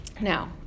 Now